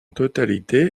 totalité